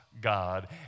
God